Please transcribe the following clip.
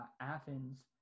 Athens